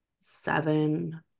seven